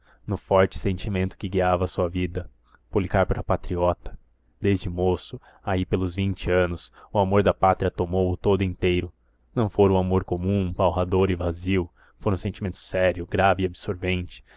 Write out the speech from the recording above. no forte sentimento que guiava sua vida policarpo era patriota desde moço aí pelos vinte anos o amor da pátria tomou-o todo inteiro não fora o amor comum palrador e vazio fora um sentimento sério grave e absorvente